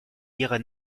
ihrer